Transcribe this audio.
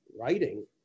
writing